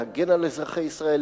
להגן על אזרחי ישראל,